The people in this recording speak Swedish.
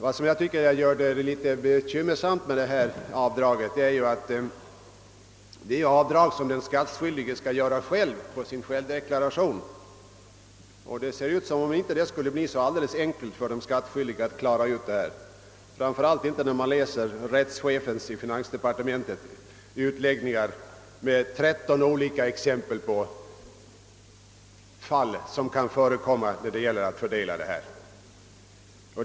Vad som gör det bekymmersamt är att den skattskyldige själv skall göra avdraget i sin deklaration. Det blir inte så alldeles enkelt för de skattskyldiga att klara ut detta. Det intrycket får man när man tar del av rättschefens i finansdepartementet artikel i Skattenytt med tretton olika exempel på fall som kan förekomma när det gäller att fördela dessa avdrag.